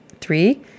Three